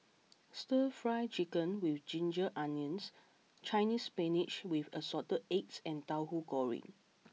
Stir Fry Chicken with Ginger Onions Chinese Spinach with Assorted Eggs and Tauhu Goreng